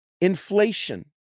Inflation